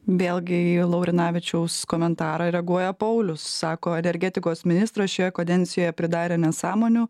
vėlgi į laurinavičiaus komentarą reaguoja paulius sako energetikos ministras šioje kadencijoje pridarė nesąmonių